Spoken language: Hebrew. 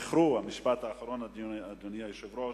אדוני היושב-ראש,